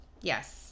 Yes